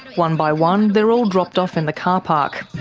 one by one, they're all dropped off in the car park.